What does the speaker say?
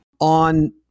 On